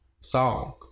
Song